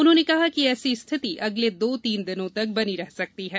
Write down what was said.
उन्होंने कहा कि ऐसी स्थिति अगले दो तीन दिनों तक बनी रह सकती है